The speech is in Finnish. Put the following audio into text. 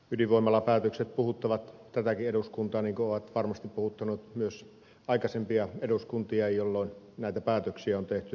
ydinvoimalapäätökset puhuttavat tätäkin eduskuntaa niin kuin ovat varmasti puhuttaneet myös aikaisempia eduskuntia jolloin näitä päätöksiä on tehty